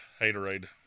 haterade